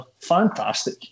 fantastic